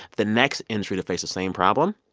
the next industry to face the same problem,